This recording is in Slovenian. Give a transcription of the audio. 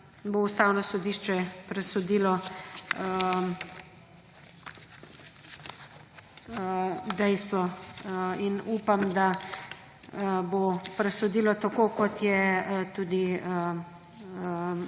bo Ustavno sodišče presodilo dejstva. In upam, da bo presodilo tako, kot je tudi